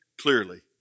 clearly